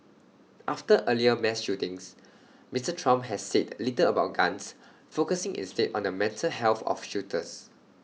after earlier mass shootings Mister Trump has said little about guns focusing instead on the mental health of shooters